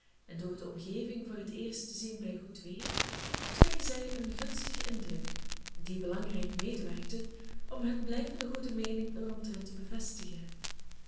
en door de omgeving voor het eerst te zien bij goed weer ontvingen zij een gunstigen indruk die belangrijk medewerkte om hun blijvende goede meening er omtrent te bevestigen